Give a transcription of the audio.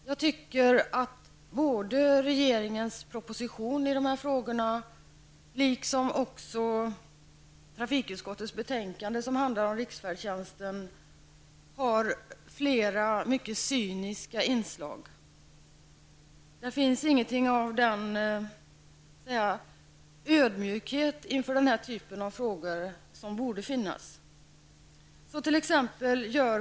Jag anser att både regeringens proposition i detta sammanhang och trafikutskottets betänkande som handlar om riksfärdtjänsten har flera mycket cyniska inslag. Det finns ingenting av den ödmjukhet inför denna typ av frågor som borde finnas.